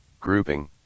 grouping